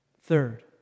Third